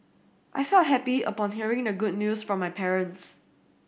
I felt happy upon hearing the good news from my parents